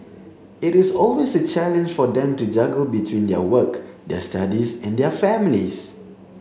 it is always a challenge for them to juggle between their work their studies and their families